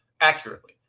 accurately